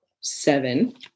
seven